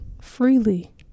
freely